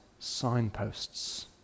Signposts